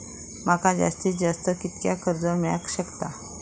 माका जास्तीत जास्त कितक्या कर्ज मेलाक शकता?